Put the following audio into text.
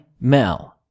Mel